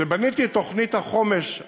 כשבניתי את תוכנית החומש הבאה,